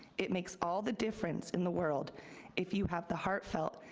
it makes all the difference in the world if you have the heartfelt,